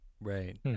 right